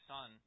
Son